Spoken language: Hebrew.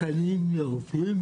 קודם כל תודה לשר ארבל, למנכ"ל,